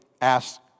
ask